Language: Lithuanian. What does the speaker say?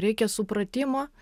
reikia supratimo